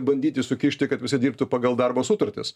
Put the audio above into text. bandyti sukišti kad visi dirbtų pagal darbo sutartis